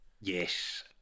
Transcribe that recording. yes